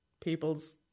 people's